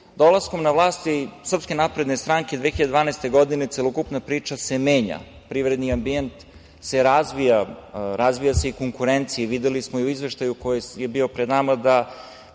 to. Dolaskom na vlast Srpske napredne stranke 2012. godine celokupna priča se menja. Privredni ambijent se razvija, razvija se i konkurencija i videli smo i u izveštaju koji je bio pred nama da